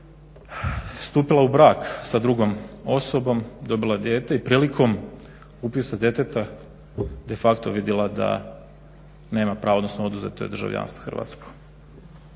stupila u brak sa drugom osobom, dobila dijete i prilikom upisa djeteta de facto vidjela da nema pravo odnosno oduzeto je državljanstvo hrvatsko.